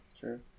Sure